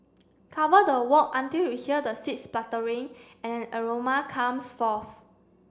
cover the wok until you hear the seeds spluttering and aroma comes forth